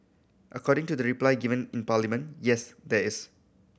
according to the reply given in Parliament yes there is